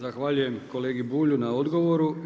Zahvaljujem kolegi Bulju na odgovoru.